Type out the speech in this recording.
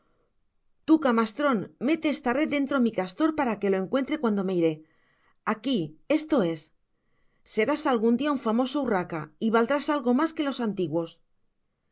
tu camastron mete esta red den trj mi castor para que lo encuentre cuando me iré aqui esto es serás algun dia un famoso hurraca y valdrás algo mas que los antiguos